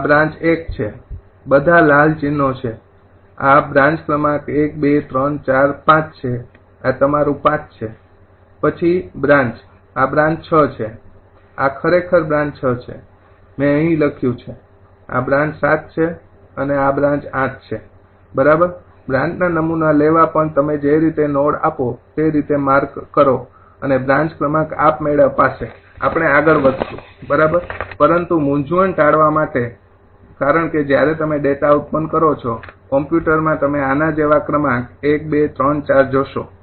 તો આ બ્રાંચ ૧ છે બધા લાલ ચિન્હો છે આ બ્રાન્ચ ક્રમાંક ૧૨૩૪૫ છે આ તમારું 5 છે પછી બ્રાન્ચ આ બ્રાન્ચ ૬ છે આ ખરેખર બ્રાન્ચ ૬ છે મેં અહીં લખ્યું છે આ બ્રાન્ચ ૭ છે અને આ બ્રાન્ચ ૮ છે બરાબર બ્રાન્ચના નમૂના લેવા પણ તમે જે રીતે નોડ આપો તે રીતે માર્ક કરો અને બ્રાન્ચ ક્રમાંક આપમેળે અપાશે આપણે આગળ વધશું બરાબર પરંતુ મૂંઝવણ ટાળવા માટે કારણ કે જ્યારે તમે ડેટા ઉત્પન્ન કરો છો કમ્પ્યુટરમાં તમે આના જેવા ક્રમાંક નંબર ૧૨૩૪ જોશો